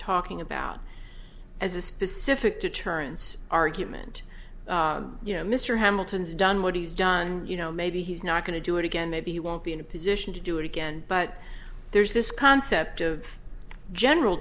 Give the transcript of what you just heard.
talking about as a specific deterrence argument you know mr hamilton's done what he's done you know maybe he's not going to do it again maybe he won't be in a position to do it again but there's this concept of general